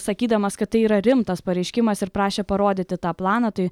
sakydamas kad tai yra rimtas pareiškimas ir prašė parodyti tą planą tai